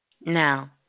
Now